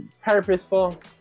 Purposeful